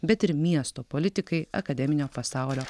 bet ir miesto politikai akademinio pasaulio